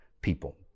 people